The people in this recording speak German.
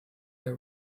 der